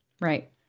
Right